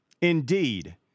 Indeed